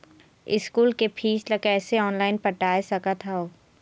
School के fees ला कैसे ऑनलाइन पटाए सकत हव?